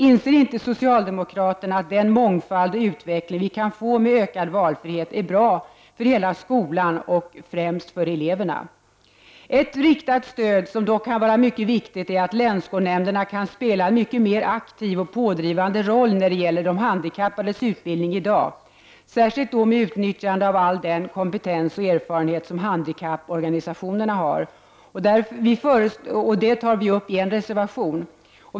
Inser inte socialdemokraterna att den mångfald och utveckling som vi kan få med ökad valfrihet är bra för hela skolan och främst för eleverna? Ett riktat stöd kan dock vara mycket viktigt för att länsskolnämnderna kan spela en mycket mer aktiv och pådrivande roll när det gäller de handikappades utbildning än i dag, särskilt då med utnyttjande av all den kunskap och erfarenhet som handikapporganisationerna har. Detta tar vi upp i en reservation.